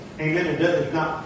Amen